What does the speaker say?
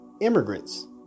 immigrants